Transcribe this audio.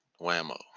whammo